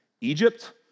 Egypt